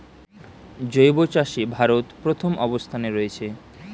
জৈব চাষে ভারত প্রথম অবস্থানে রয়েছে